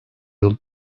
yıl